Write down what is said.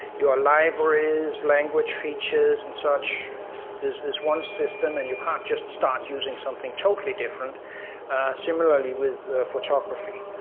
your libraries, language features and such is is one system and you can't just start using something totally different similarly with photography.